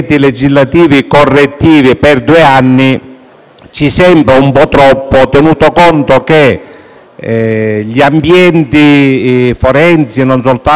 ci sembra un po' troppo, tenuto conto che gli ambienti forensi - e non solo - e tutti coloro che sono interessati a